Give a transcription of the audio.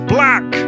Black